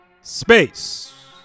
Space